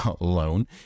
alone